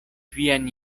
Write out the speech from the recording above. vian